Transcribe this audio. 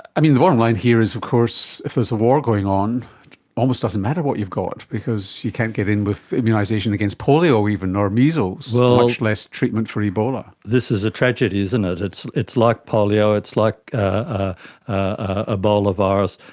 i mean, the bottom line here is of course if there is a war going on, it almost doesn't matter what you've got because you can't get in with immunisation against polio even or measles, much less treatment for ebola. this is a tragedy, isn't it, it's it's like polio, it's like ah ah ebola virus.